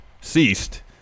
ceased